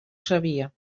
sabia